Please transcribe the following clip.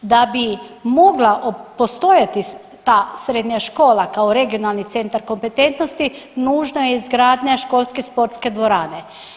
Da bi mogla postojati ta srednja škola kao regionalni centar kompetentnosti nužna je izgradnja školske sportske dvorane.